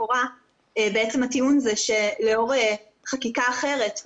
הטיעון הוא שלאור חקיקה אחרת,